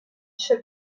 shook